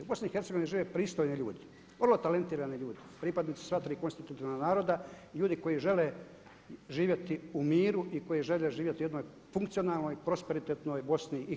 U BiH žive pristojni ljudi, vrlo talentirani ljudi, pripadnici sva tri konstitutivna naroda, ljudi koji žele živjeti u miru i koji žele živjeti u jednoj funkcionalnoj prosperitetnoj BiH.